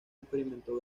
experimentó